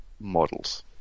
models